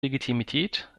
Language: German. legitimität